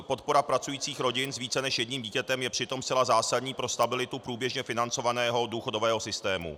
Podpora pracujících rodin s více než jedním dítětem je přitom zcela zásadní pro stabilitu průběžně financovaného důchodového systému.